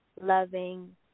loving